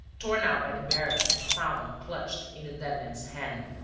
torn out by the baron and found clutched in the dead man's hand.